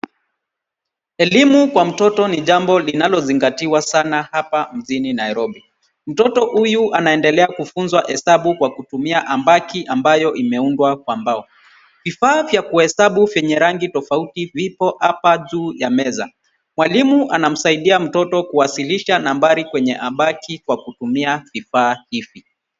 Elimu kwa mtoto ni jambo linalozingatiwa sana hapa mjini Nairobi. Mtoto huyu anaendelea kufunzwa hesabu kwa kutumia ambaki ambayo imeundwa kwa mbao. Vifaa vya kuhesabu vyenye rangi tofauti vipo hapa juu ya meza. Mwalimu anamsaidia mtoto kuwasilisha nambari kwenye ambaki kwa kutumia vifaa hivi.